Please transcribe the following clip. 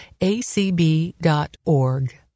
acb.org